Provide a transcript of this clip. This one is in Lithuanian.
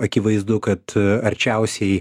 akivaizdu kad arčiausiai